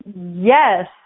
Yes